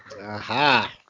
Aha